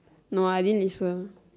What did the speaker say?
no I didn't listen